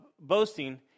boasting